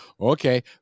okay